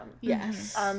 Yes